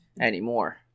anymore